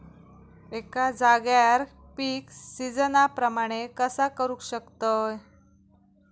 एका जाग्यार पीक सिजना प्रमाणे कसा करुक शकतय?